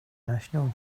national